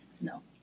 No